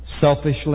selfishly